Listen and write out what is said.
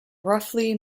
roughly